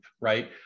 right